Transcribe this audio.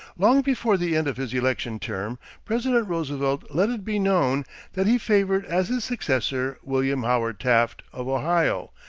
long before the end of his elective term president roosevelt let it be known that he favored as his successor, william howard taft, of ohio,